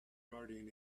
guardian